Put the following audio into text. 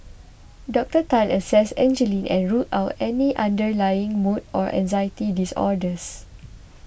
Doctor Tan assessed Angeline and ruled out any underlying mood or anxiety disorders